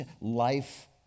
life